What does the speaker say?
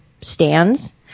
stands